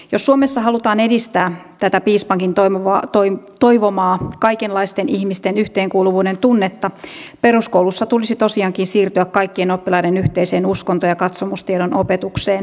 jos suomessa halutaan edistää tätä piispankin toivomaa kaikenlaisten ihmisten yhteenkuuluvuuden tunnetta peruskoulussa tulisi tosiaankin siirtyä kaikkien oppilaiden yhteiseen uskonto ja katsomustiedon opetukseen